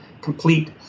complete